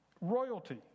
royalty